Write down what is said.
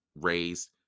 raised